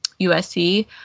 USC